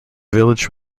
village